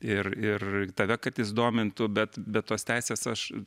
ir ir tave kad jis domintų bet be tos teisės aš